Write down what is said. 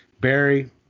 Barry